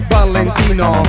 Valentino